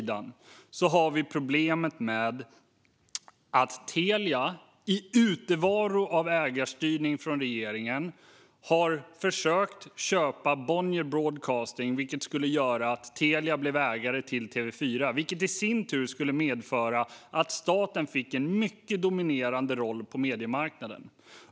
Det ena är problemet med att Telia i avsaknad av ägarstyrning från regeringen har försökt köpa Bonnier Broadcasting, vilket skulle göra Telia till ägare av TV4. Det skulle i sin tur medföra att staten får en mycket dominerande roll på mediemarknaden.